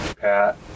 Pat